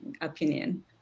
opinion